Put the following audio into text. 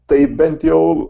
tai bent jau